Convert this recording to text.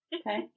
Okay